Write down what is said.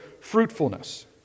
fruitfulness